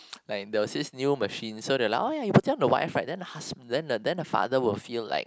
like there was this new machine so they like oh ya you put it on the wife right then the hus~ then the then the father will feel like